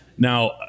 Now